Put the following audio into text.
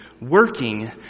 working